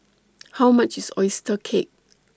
How much IS Oyster Cake